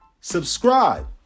Subscribe